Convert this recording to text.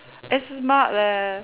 it's smart leh